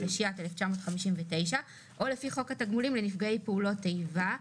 התשי"ט 1959 או לפי חוק התגמולים לנפגעי פעולות איבה,